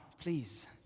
Please